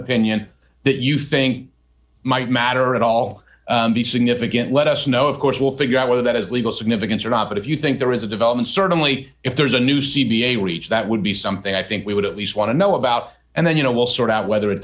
opinion that you think might matter at all be significant let us know of course we'll figure out whether that has legal significance or not but if you think there is a development certainly if there's a new c b a reach that would be something i think we would at least want to know about and then you know we'll sort out whether it